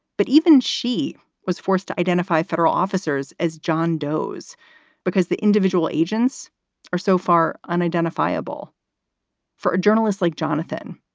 but even she was forced to identify federal officers as john doe's because the individual agents are so far unidentifiable for journalists like jonathan,